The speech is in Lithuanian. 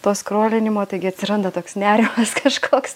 to skolinimo taigi atsiranda toks nerimas kažkoks